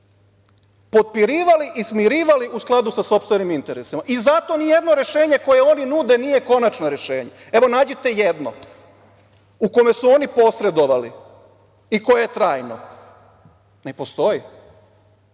potpirivali i smirivali, u skladu sa svojim interesima. Zato nijedno rešenje koje oni nude nije konačno rešenje. Evo, nađite jedno, u kome su oni posredovali, i koje je trajno. Ne postoji,